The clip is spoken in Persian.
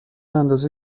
اندازه